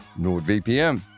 NordVPN